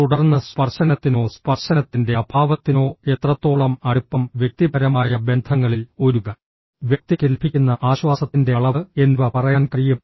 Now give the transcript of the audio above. തുടർന്ന് സ്പർശനത്തിനോ സ്പർശനത്തിൻറെ അഭാവത്തിനോ എത്രത്തോളം അടുപ്പം വ്യക്തിപരമായ ബന്ധങ്ങളിൽ ഒരു വ്യക്തിക്ക് ലഭിക്കുന്ന ആശ്വാസത്തിൻറെ അളവ് എന്നിവ പറയാൻ കഴിയും